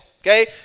okay